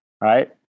right